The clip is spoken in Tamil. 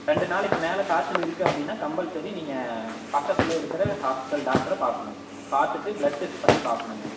ரெண்டு நாளைக்கு மேலே காய்ச்சல் இருக்கு அப்படினா கம்பள்சரி நீங்கள் பக்கத்தில் இருக்கிற ஹாஸ்பிட்டல் டாக்டரை பார்க்கணும் பார்த்துட்டு பிளட் டெஸ்ட் பண்ணி பார்க்கணுங்க